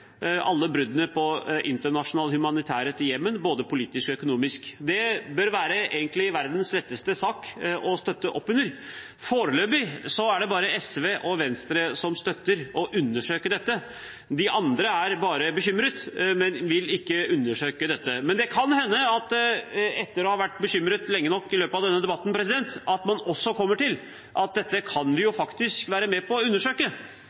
alle bruddene på internasjonal humanitærrett i Jemen, både politisk og økonomisk. Det bør egentlig være verdens letteste sak å støtte opp under. Foreløpig er det bare SV og Venstre som støtter å undersøke dette. De andre er bare bekymret, men vil ikke undersøke dette. Men det kan hende at de, etter å ha vært bekymret lenge nok i løpet av denne debatten, kommer til at dette kan de faktisk være med på å undersøke.